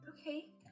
Okay